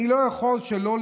אני לא יכול להבליג